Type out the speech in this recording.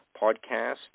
podcast